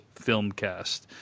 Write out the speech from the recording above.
Filmcast